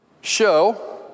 show